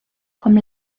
comme